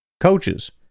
coaches